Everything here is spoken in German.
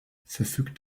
verfügt